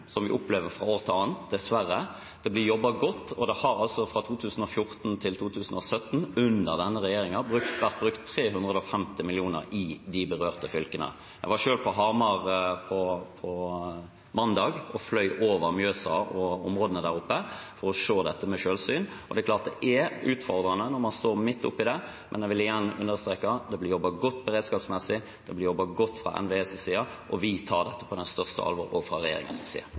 som vi opplever fra år til annet – dessverre. Det blir jobbet godt, og det har fra 2014 til 2017 under denne regjeringen vært brukt 350 mill. kr i de berørte fylkene. Jeg var selv på Hamar på mandag og fløy over Mjøsa og områdene der oppe for å se dette ved selvsyn, og det er klart at det er utfordrende når man står midt oppi det. Men jeg vil igjen understreke: Det blir jobbet godt beredskapsmessig, det blir jobbet godt fra NVEs side, og vi tar dette på største alvor også fra regjeringens side.